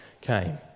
came